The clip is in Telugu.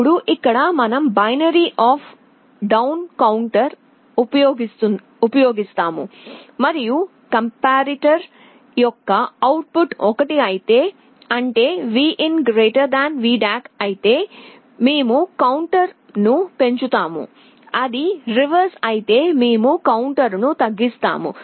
ఇప్పుడు ఇక్కడ మనం బైనరీ అప్ డౌన్ కౌంటర్ ఉపయోగిస్తాము మరియు కంపారిటర్ యొక్క అవుట్ పుట్ 1 అయితే అంటే Vin VDAC మేము కౌంటర్ ను పెంచుతాము అది రివర్స్ అయితే మేము కౌంటర్ ను తగ్గిస్తాము